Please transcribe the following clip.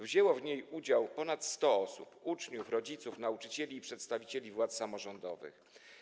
Wzięło w niej udział ponad 100 osób, uczniów, rodziców, nauczycieli i przedstawicieli władz samorządowych.